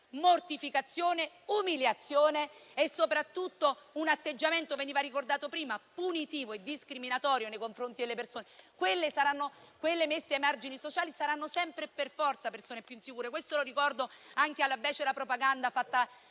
mortificazione e umiliazione e soprattutto un atteggiamento - come veniva ricordato prima - punitivo e discriminatorio nei confronti delle persone. Quelle messe ai margini sociali saranno sempre e per forza persone più insicure: questo lo ricordo anche alla becera propaganda fatta